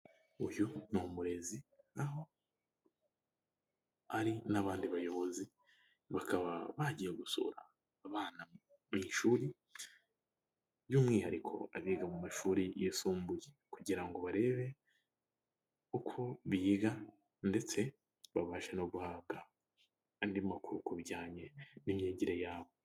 Uyu ni umurezi aho ari n'abandi bayobozi bakaba bagiye gusura abana mu ishuri by'umwihariko abiga mu mashuri yisumbuye kugira ngo barebe uko biga ndetse babashe no guhabwa andi makuru ku bijyanye n'imyigire yabo.